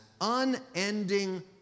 unending